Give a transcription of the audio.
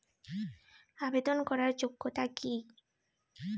আবেদন করার যোগ্যতা কি?